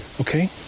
Okay